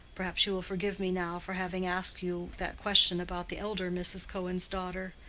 perhaps you will forgive me now for having asked you that question about the elder mrs. cohen's daughter.